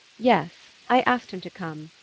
yes, i asked him to come,